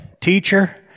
Teacher